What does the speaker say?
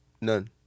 none